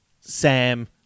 Sam